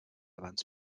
abans